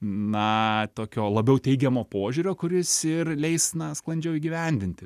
na tokio labiau teigiamo požiūrio kuris ir leis na sklandžiau įgyvendinti